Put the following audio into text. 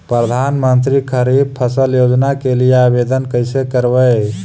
प्रधानमंत्री खारिफ फ़सल योजना के लिए आवेदन कैसे करबइ?